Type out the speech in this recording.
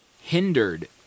hindered